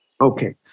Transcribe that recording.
Okay